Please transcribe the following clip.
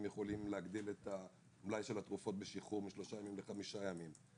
יכולים להגדיל את מלאי התרופות בשחרור משלושה ימים לחמישה ימים.